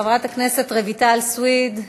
חברת הכנסת רויטל סויד,